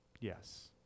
Yes